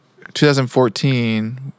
2014